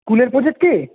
কুলের প্রোজেক্ট কি